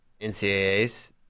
NCAAs